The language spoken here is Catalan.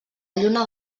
lluna